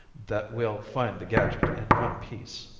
that we'll find the gadget in one piece.